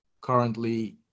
Currently